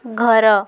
ଘର